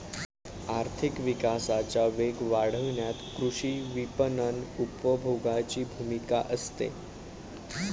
आर्थिक विकासाचा वेग वाढवण्यात कृषी विपणन उपभोगाची भूमिका असते